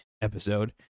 episode